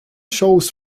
shows